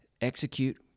execute